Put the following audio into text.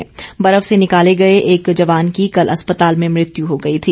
कल बर्फ से निकाले गए एक जवान की कल अस्पताल में मृत्यु हो गई थी